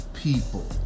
people